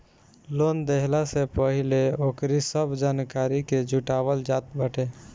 loan देहला से पहिले ओकरी सब जानकारी के जुटावल जात बाटे